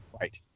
Right